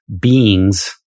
beings